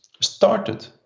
started